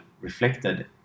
reflected